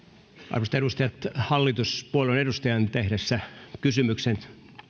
arvoisat edustajat hallituspuolueen edustajan tehdessä kysymyksen